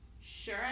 sure